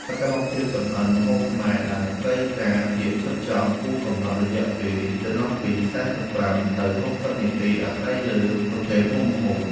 សកម្មភាពចម្អិនម្ហូបខ្មែរដែលត្រូវការភាពផ្ចិតផ្ចង់ គួរកំណត់រយៈពេលចន្លោះពី ៤៥ ទៅ ៦០ នាទី អាស្រ័យលើប្រភេទមុខម្ហូប។